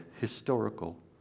historical